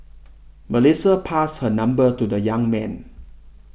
Melissa passed her number to the young man